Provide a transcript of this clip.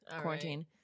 quarantine